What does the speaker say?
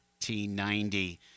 1990